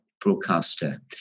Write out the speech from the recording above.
broadcaster